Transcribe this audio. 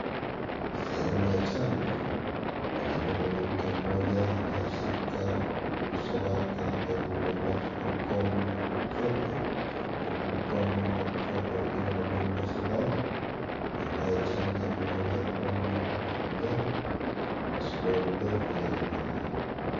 Sehemu ya chanjo palipo mwanamke mmoja aliyeshika uso wake na kuyafunga macho kwa mkono wa kushoto huku mkono wa kushoto ukiwa inadungwa sindano na anayechanja amevalia aproni ya manjano na suruali ndefu ya zambarao.